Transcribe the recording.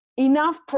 Enough